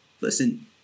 Listen –